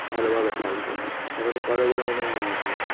ভালোভাবে থাকব তখন এই কথাগুলো আমাদের মনে থাকবে